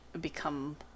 become